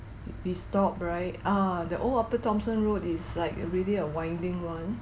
we stop right ah the old upper thomson road is like really a winding one